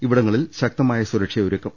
ഇവിടങ്ങളിൽ ശക്തമായ സുരക്ഷയൊരുക്കും